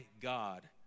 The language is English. God